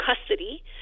custody